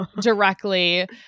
directly